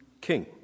king